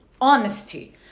honesty